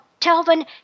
Telvin